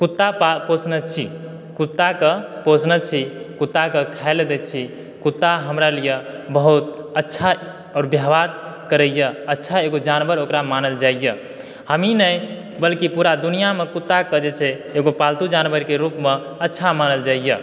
कुत्ता पाल पोसने छी कुत्ताकऽ पोसने छी कुत्ताके खाइ लऽ दै छी कुत्ता हमरा लिए बहुत अच्छा आओर व्यवहार करैए अच्छा एगो जानवर ओकरा मानल जाइए हमही नै बल्कि पूरा दुनियामे कुत्ताक जे छै एगो पालतू जानवरके रूपमे अच्छा मानल जाइए